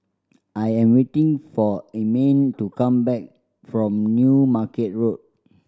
I am waiting for Ermine to come back from New Market Road